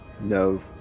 No